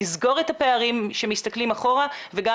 לסגור את הפערים כשמסתכלים אחורה וגם